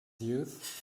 youth